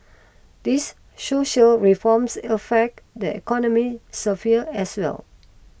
these social reforms affect the economy sphere as well